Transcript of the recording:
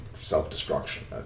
self-destruction